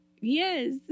Yes